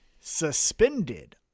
suspended